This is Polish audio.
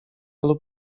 lub